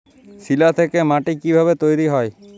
শিলা থেকে মাটি কিভাবে তৈরী হয়?